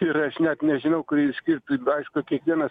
ir aš net nežinau kurį išskirt aišku kiekvienas